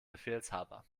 befehlshaber